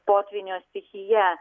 potvynio stichija